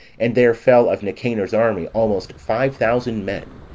and there fell of nicanor's army almost five thousand men,